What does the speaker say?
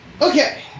Okay